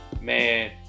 man